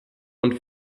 und